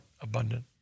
abundant